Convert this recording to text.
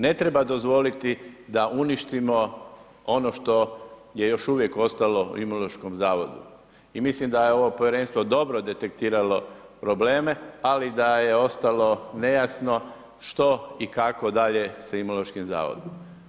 Ne treba dozvoliti da uništimo ono što je još uvijek ostalo u Imunološkom zavodu i mislim da je ovo povjerenstvo dobro detektiralo probleme, ali da je ostalo nejasno što i kako dalje sa Imunološkim zavodom.